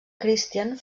christian